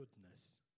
goodness